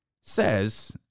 says